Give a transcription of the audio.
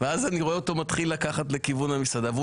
ואז אני רואה אותו מתחיל לקחת לכיוון המסעדה,